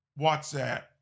WhatsApp